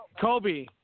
Kobe